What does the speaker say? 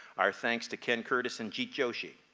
our thanks to ken curtis and jeet joshee.